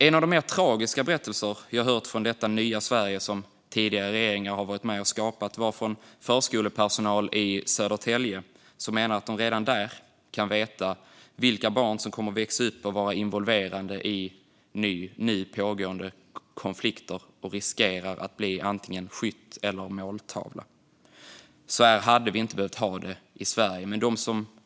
En av de mer tragiska berättelser jag hört från detta nya Sverige, som tidigare regeringar har varit med och skapat, var från förskolepersonal i Södertälje som menar att de redan där kan veta vilka barn som kommer att växa upp och vara involverade i pågående konflikter och som riskerar att bli antingen skytt eller måltavla. Så här hade vi inte behövt ha det i Sverige.